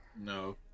no